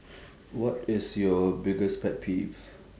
what is your biggest pet peeve